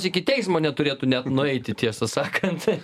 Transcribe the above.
iki teismo neturėtų net nueiti tiesą sakant